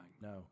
No